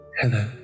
Hello